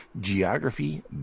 Geography